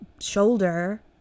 shoulder